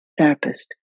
therapist